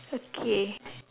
okay